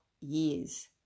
years